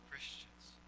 Christians